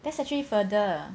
that's actually further